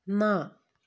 ਨਾ